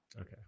Okay